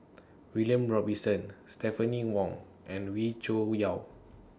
William Robinson Stephanie Wong and Wee Cho Yaw